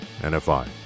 NFI